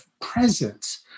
presence